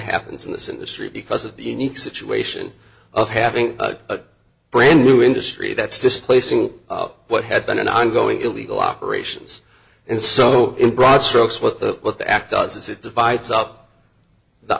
happens in this industry because of the unique situation of having a brand new industry that's displacing what had been an ongoing illegal operations and so in broad strokes what the what the act does is it divides up the